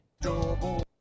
Double